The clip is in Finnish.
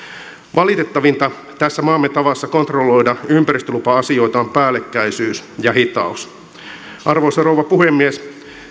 valitettavinta tässä maamme tavassa kontrolloida ympäristölupa asioita on päällekkäisyys ja hitaus arvoisa rouva puhemies